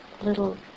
little